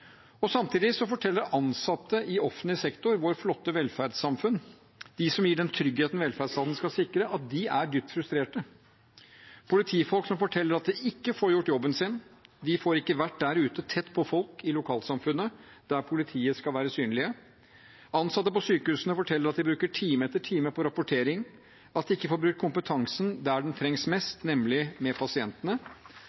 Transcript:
migreneanfallene. Samtidig forteller ansatte i offentlig sektor i vårt flotte velferdssamfunn, de som gir den tryggheten velferdsstaten skal sikre, at de er dypt frustrerte. Politifolk forteller at de ikke får gjort jobben sin, de får ikke vært der ute tett på folk i lokalsamfunnet, der politiet skal være synlige. Ansatte på sykehusene forteller at de bruker time etter time på rapportering, og at de ikke får brukt kompetansen der den trengs